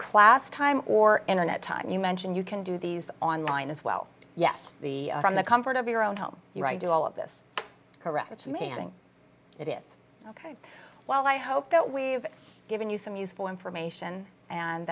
class time or internet time you mentioned you can do these online as well yes the from the comfort of your own home your i do all of this correct it's amazing it is ok well i hope that we've given you some useful information and